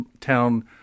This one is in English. town